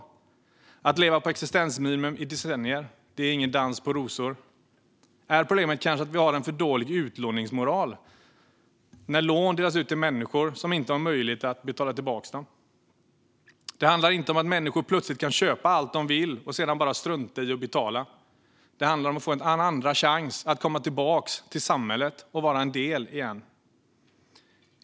Men att leva på existensminimum i decennier är ingen dans på rosor. Är problemet kanske att vi har en för dålig utlåningsmoral, när lån delas ut till människor som inte har möjlighet att betala tillbaka dem? Det handlar inte om att människor plötsligt kan köpa allt de vill och sedan bara strunta i att betala. Det handlar om att få en andra chans att komma tillbaka till samhället och vara en del av det igen.